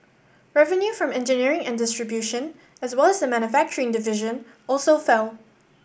revenue from engineering and distribution as well as the manufacturing division also fell